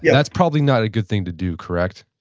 yeah that's probably not a good thing to do, correct?